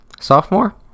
sophomore